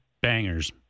Bangers